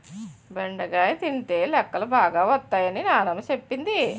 బెండకాయ తినితే లెక్కలు బాగా వత్తై అని నానమ్మ సెప్పింది